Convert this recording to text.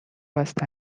میگفت